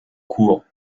cours